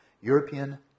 European